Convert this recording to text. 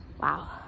wow